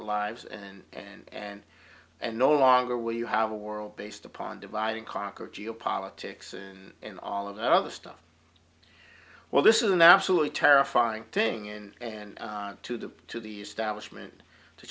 lives and and no longer will you have a world based upon divide and conquer geopolitics and in all of the other stuff well this is an absolutely terrifying thing in and to the to the establishment to